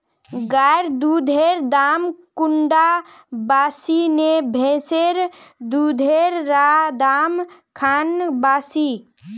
गायेर दुधेर दाम कुंडा बासी ने भैंसेर दुधेर र दाम खान बासी?